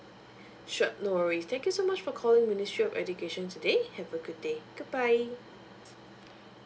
sure no worries thank you so much for calling ministry of education today have a good day goodbye